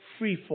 freefall